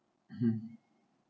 um